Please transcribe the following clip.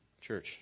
Church